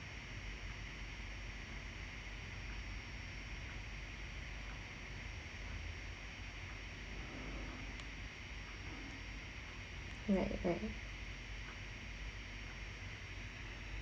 right right